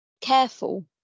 careful